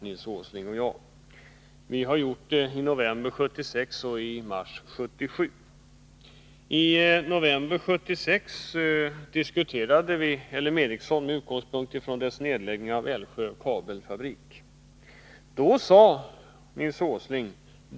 Vi gjorde det i november 1976 och i mars 1977. I november 1976 diskuterade vi LM Ericsson med utgångspunkt i dess nedläggning av Älvsjö kabelfabrik.